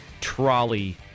Trolley